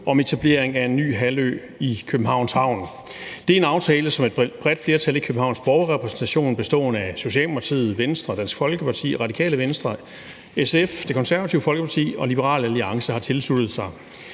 om etablering af en ny halvø i Københavns Havn. Det er en aftale, som et bredt flertal i Københavns Borgerrepræsentation bestående af Socialdemokratiet, Venstre, Dansk Folkeparti, Radikale Venstre, SF, Det Konservative Folkeparti og Liberal Alliance har tilsluttet sig.